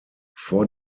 vor